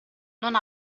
non